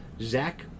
Zach